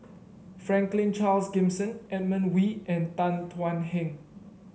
Franklin Charles Gimson Edmund Wee and Tan Thuan Heng